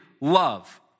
love